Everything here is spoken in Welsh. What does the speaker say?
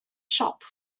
siop